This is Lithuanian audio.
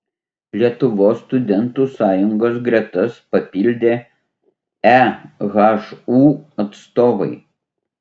lietuvos studentų sąjungos gretas papildė ehu atstovai